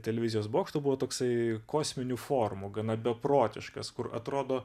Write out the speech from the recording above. televizijos bokšto buvo toksai kosminių formų gana beprotiškas kur atrodo